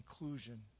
inclusion